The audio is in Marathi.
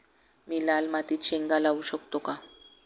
मी लाल मातीत शेंगा लावू शकतो का?